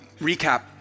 recap